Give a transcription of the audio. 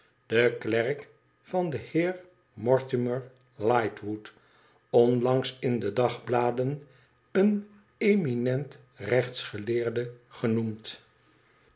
den klerk van den heer mortimer lightwood onlangs m de dagbladen een eminent rechtsgeleerde genoemd